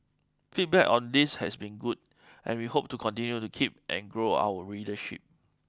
feedback on this has been good and we hope to continue to keep and grow our readership